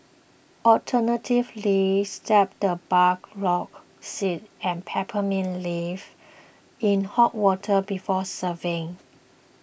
alternatively steep the burdock seeds and peppermint leaves in hot water before serving